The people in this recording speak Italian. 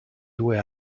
due